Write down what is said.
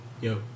Yo